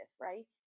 right